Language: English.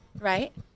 right